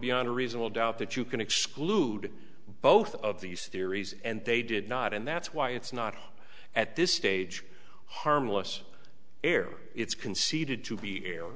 beyond a reasonable doubt that you can exclude both of these theories and they did not and that's why it's not at this stage harmless error it's conceded to be error